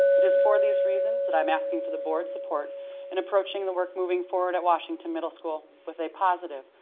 it is for these reasons that i'm asking for the board support in approaching the work moving forward at washington middle school with a positive,